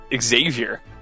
Xavier